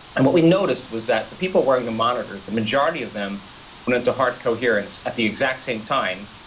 and what we noticed was that the people wearing the monitors, the majority of them went into heart coherence at the exact same time,